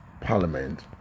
parliament